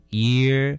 year